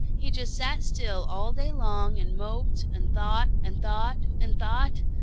he just sat still all day long and moped and thought and thought and thought.